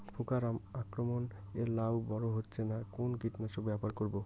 পোকার আক্রমণ এ লাউ বড় হচ্ছে না কোন কীটনাশক ব্যবহার করব?